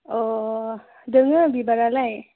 अ दङ बिबारालाय